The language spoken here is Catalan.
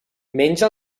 menja